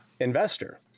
investor